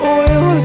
oil